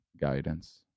guidance